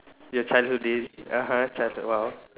your childhood day (uh huh) childhood !wow!